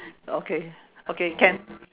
okay okay can